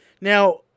Now